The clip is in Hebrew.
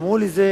אמרו לי: זה